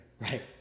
Right